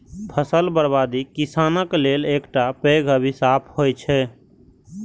फसल बर्बादी किसानक लेल एकटा पैघ अभिशाप होइ छै